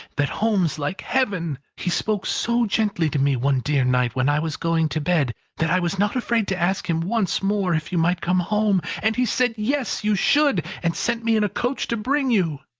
that home's like heaven! he spoke so gently to me one dear night when i was going to bed, that i was not afraid to ask him once more if you might come home and he said yes, you should and sent me in a coach to bring you.